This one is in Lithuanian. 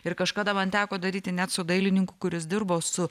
ir kažkada man teko daryti net su dailininku kuris dirbo su